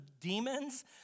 demons